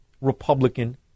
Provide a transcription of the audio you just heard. Republican